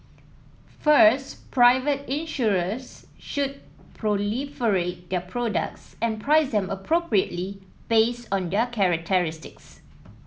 first private insurers should proliferate their products and price them appropriately based on their characteristics